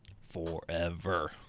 Forever